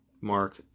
mark